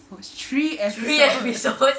I watch three episodes